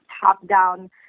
top-down